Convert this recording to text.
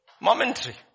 momentary